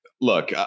look